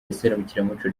iserukiramuco